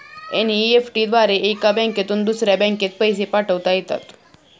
NEFT द्वारे एका बँकेतून दुसऱ्या बँकेत पैसे पाठवता येतात